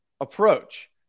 approach